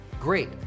great